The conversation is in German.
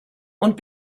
und